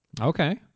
Okay